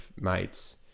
mates